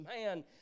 man